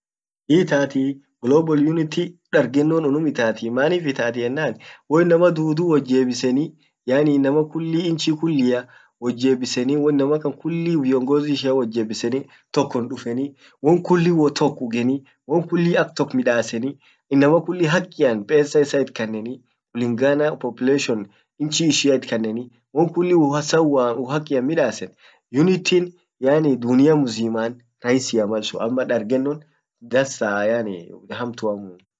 hiitatii global unity dargennon unnum itatii manif itati ennan woinnama dudu wot jebiseni yaani innama kulli inchi kullia woinamma kan kulli viongozi ishia wotjebiseni tokkon duffeni won kulli wotokk huggeni, won kulli aktokk midasseni inama kulli hakkian pesa isa itkaneni kulingana population inchi ishia won kulli woma sawwa uhakian midassen unity yaani dunia mzima rahisia malsun amma dargennon dansa yaani ee hamtuamu.